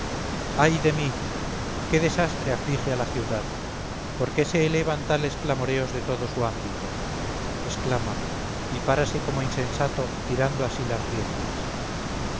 ay de mí qué desastre aflige a la ciudad por qué se elevan tales clamoreos de todo su ámbito exclama y párase como insensato tirando a sí las riendas